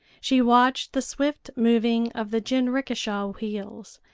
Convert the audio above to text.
she watched the swift moving of the jinrikisha wheels,